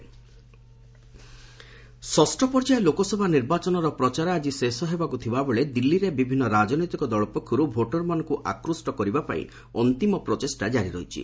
Delhi election ଷଷ୍ଠ ପର୍ଯ୍ୟାୟ ଲୋକସଭା ନିର୍ବାଚନର ପ୍ରଚାର ଆଜି ଶେଷ ହେବାକୁ ଥିବା ବେଳେ ଦିଲ୍ଲୀରେ ବିଭିନ୍ନ ରାଜନୈତିକ ଦଳ ପକ୍ଷରୁ ଭୋଟରମାନଙ୍କୁ ଆକୃଷ୍ଟ କରିବା ପାଇଁ ଅନ୍ତିମ ପ୍ରଚେଷ୍ଟା ଜାରି ରହିଛି